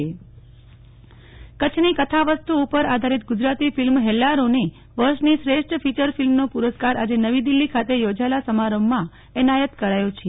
નેહ્લ ઠક્કર હેલ્લારો પુરસ્કાર કચ્છની કથાવસ્તુ ઉપર આધારિત ગુજરાતી ફિલ્મ હેલ્લારો ને વર્ષ ની શ્રેષ્ઠ ફીયર ફિલ્મ નો પુરસ્કાર આજે નવી દિલ્લી ખાતે યોજાયેલા સમારંભ માં એનાયત કરાથી છે